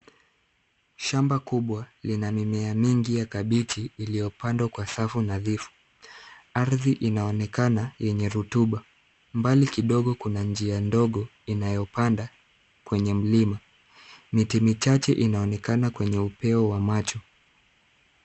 Shamba kubwa lina mimea mingi ya kabichi iliyopandwa kwa safu nadhifu. Ardhi inaonekana yenye rutuba. Mbali kidogo kuna njia ndogo inayopanda kwenye mlima. Miti michache inaonekana kwenye upeo wa macho.